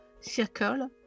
circle